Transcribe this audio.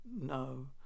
no